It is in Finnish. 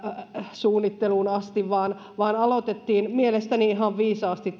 suunnitteluun asti vaan vaan aloitettiin mielestäni ihan viisaasti